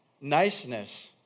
Niceness